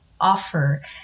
offer